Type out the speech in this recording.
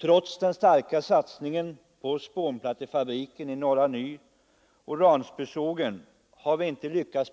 Trots den starka satsningen på spånplattefabriken i Norra Ny, Ransbysågen osv. har vi inte